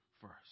first